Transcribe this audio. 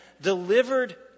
delivered